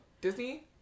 Disney